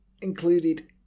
included